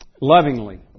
lovingly